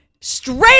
Straight